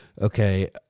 okay